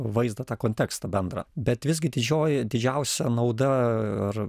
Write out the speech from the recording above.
vaizdą tą kontekstą bendrą bet visgi didžioji didžiausia nauda ir